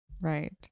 right